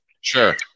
Sure